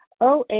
OA